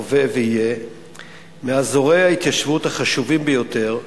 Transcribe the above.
הווה ויהיה מאזורי ההתיישבות החשובים ביותר,